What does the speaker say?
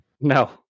No